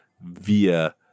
via